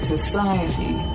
Society